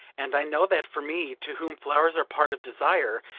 and i know that for me, to whom flowers are part of desire,